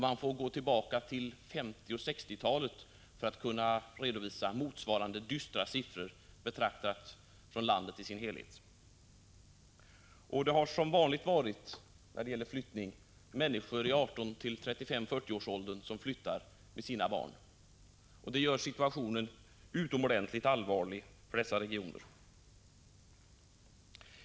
Man får gå tillbaka till 1950 och 1960-talen för att redovisa motsvarande dystra siffror för landet i sin helhet. Och det har som vanligt varit människor i 18—40 års ålder som flyttar med sina barn. Det gör situationen utomordentligt allvarlig för dessa regioner.